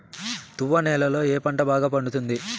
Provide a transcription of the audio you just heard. తువ్వ నేలలో ఏ పంట బాగా పండుతుంది?